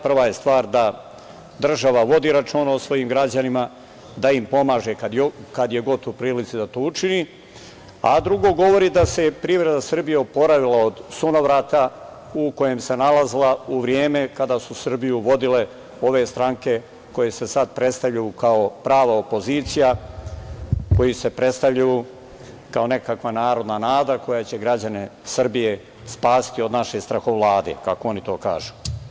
Prva je stvar da država vodi računa o svojim građanima, da im pomaže kad god je u prilici da to učini, a drugo govori da se privreda Srbije oporavila od sunovrata u kojem se nalazila u vreme kada su Srbiju vodile ove stranke koje se sad predstavljaju kao prava opozicija, koje se predstavljaju kao nekakva narodna nada koja će građane Srbije spasiti od naše strahovlade, kako oni to kažu.